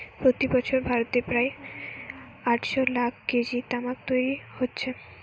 প্রতি বছর ভারতে প্রায় আটশ লাখ কেজি তামাক তৈরি হচ্ছে